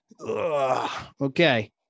okay